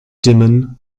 dimmen